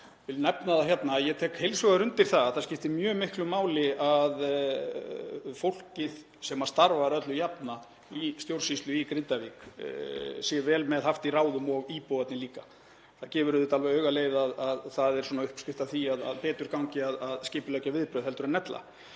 vil nefna það hérna að ég tek heils hugar undir að það skiptir mjög miklu máli að fólkið sem starfar alla jafna í stjórnsýslu í Grindavík sé vel haft með í ráðum og íbúarnir líka. Það gefur auðvitað augaleið að það er uppskrift að því að betur gangi að skipuleggja viðbrögð en ella.